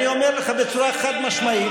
כשעושים את זה בעיר אדומה,